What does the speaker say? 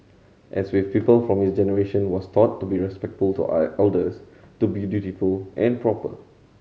as with people from his generation was taught to be respectful to I elders to be dutiful and proper